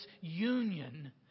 union